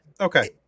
Okay